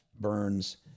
burns